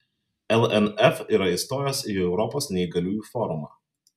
lnf yra įstojęs į europos neįgaliųjų forumą